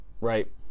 right